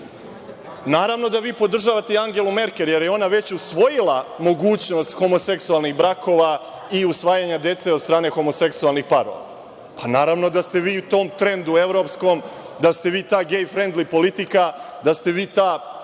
Naravno, da vi podržavate i Angelu Merkel, jer je ona već usvojila mogućnost homoseksualnih brakova i usvajanje dece od strane homoseksualnih parova. Naravno da ste vi u tom trendu evropskom, da ste vi ta gej frendli politika, da ste vi ta,